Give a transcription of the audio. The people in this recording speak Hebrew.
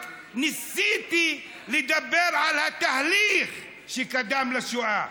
רק ניסיתי לדבר על התהליך שקדם לשואה,